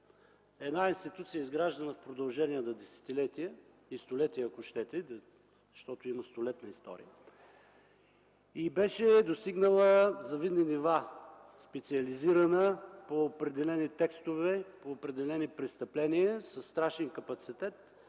една институция, изграждана в продължение на десетилетия, на столетия, ако щете, защото има столетна история. Беше достигнала завидни нива – специализирана по определени текстове, по определени престъпления със страшен капацитет